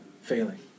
failing